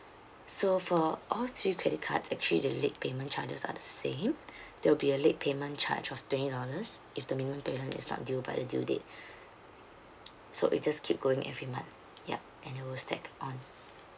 so for all three credit cards actually the late payment charges are the same there'll be a late payment charge of twenty dollars if the minimum payment is not due by the due date so it just keep going every month yup and it will stacked on